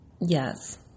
Yes